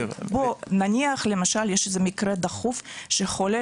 נניח למשל יש איזה מקרה דחוף שחולה,